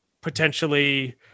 potentially